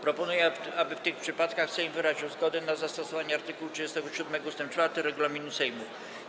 Proponuję, aby w tych przypadkach Sejm wyraził zgodę na zastosowanie art. 37 ust. 4 regulaminu Sejmu.